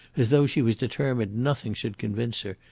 as though she was determined nothing should convince her,